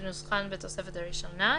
התש"ף-2020 כנוסחן בתוספת הראשונה,